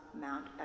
Mount